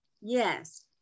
Yes